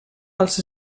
els